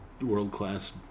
world-class